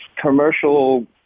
commercial